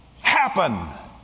happen